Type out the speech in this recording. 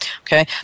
Okay